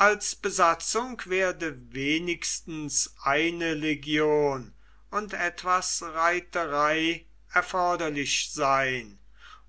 als besatzung werde wenigstens eine legion und etwas reiterei erforderlich sein